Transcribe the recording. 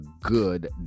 good